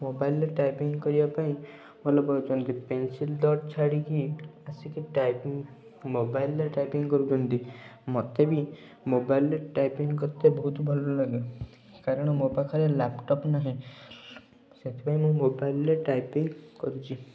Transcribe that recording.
ମୋବାଇଲ୍ରେ ଟାଇପିଂ କରିବା ପାଇଁ ଭଲ ପାଉଛନ୍ତି ପେନସିଲ୍ ଡଟ୍ ଛାଡ଼ିକି ଆସିକି ଟାଇପିଂ ମୋବାଇଲ୍ରେ ଟାଇପିଂ କରୁଛନ୍ତି ମୋତେ ବି ମୋବାଇଲ୍ରେ ଟାଇପିଂ କରିତେ ବହୁତ ଭଲ ଲାଗେ କାରଣ ମୋ ପାଖରେ ଲାପଟପ୍ ନାହିଁ ସେଥିପାଇଁ ମୁଁ ମୋବାଇଲ୍ରେ ଟାଇପିଂ କରୁଛି